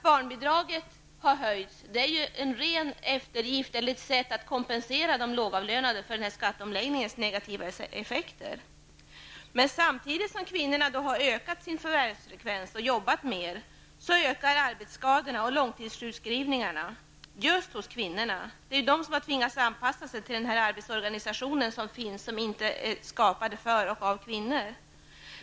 Höjningen av barnbidraget är en ren eftergift -- ett sätt att kompensera de lågavlönade för skatteomläggningens negativa effekter. Men samtidigt som kvinnornas förvärvsfrekvens har blivit större -- genom att dessa, som sagt, har jobbat mera -- ökar antalet arbetsskador och långtidssjukskrivningar just bland kvinnorna. Det är ju kvinnorna som har tvingats anpassa sig till den arbetsorganisation som gäller och som inte är skapad för resp. av kvinnor.